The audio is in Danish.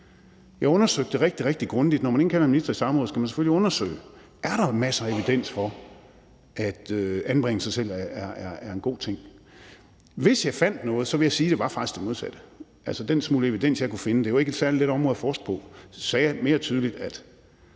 Jeg undersøgte det rigtig, rigtig grundigt. Når man indkalder en minister i samråd om det, skal man selvfølgelig undersøge, om der er masser af evidens for, at anbringelser i sig selv er en god ting. Hvis jeg fandt noget, vil jeg sige, at det faktisk var det modsatte. Det er jo ikke et særlig let område at forske på, men den smule evidens,